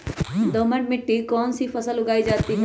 दोमट मिट्टी कौन कौन सी फसलें उगाई जाती है?